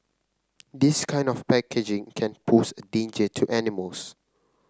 this kind of packaging can pose a danger to animals